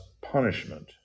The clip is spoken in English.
punishment